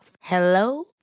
Hello